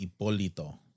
ipolito